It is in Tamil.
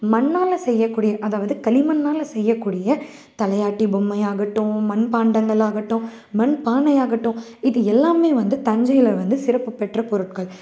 மண்ணால் செய்ய கூடிய அதாவது களிமண்ணால் செய்ய கூடிய தலையாட்டி பொம்மையாகட்டும் மண்பாண்டங்கள் ஆகட்டும் மண்பானை ஆகட்டும் இது எல்லாம் வந்து தஞ்சையில் வந்து சிறப்பு பெற்ற பொருட்கள்